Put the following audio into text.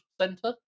Center